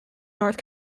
north